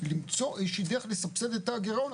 למצוא איזה שהיא דרך לסבסד את הגירעון,